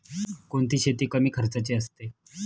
कोणती शेती कमी खर्चाची असते?